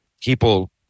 people